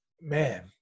Man